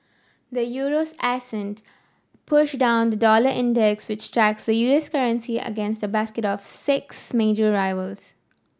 the euro's ascent pushed down the dollar index which tracks the U S currency against a basket of six major rivals